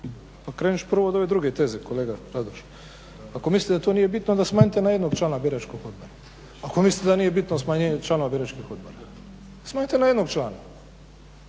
Pa kreneš prvo od ove druge teze kolega Radoš. Ako mislite da to nije bitno onda smanjite na jednog člana biračkog odbora, ako mislite da nije bitno smanjenje članova biračkih odbora. Smanjite na jednog člana